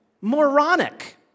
Moronic